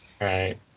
Right